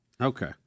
okay